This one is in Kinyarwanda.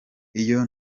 iyo